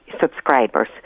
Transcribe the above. subscribers